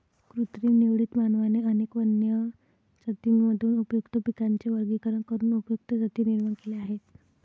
कृत्रिम निवडीत, मानवाने अनेक वन्य जातींमधून उपयुक्त पिकांचे वर्गीकरण करून उपयुक्त जाती निर्माण केल्या आहेत